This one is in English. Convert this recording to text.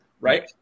right